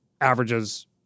averages